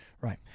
Right